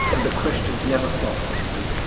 and the questions never stopped with me,